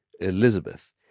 Elizabeth